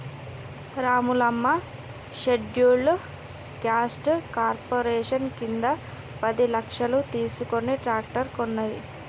Ramulamma scheduled caste corporation కింద పది లక్షలు తీసుకుని ట్రాక్టర్ కొన్నది